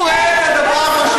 הוא רואה את הדבר,